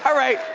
ah right,